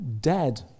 dead